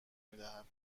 میدهد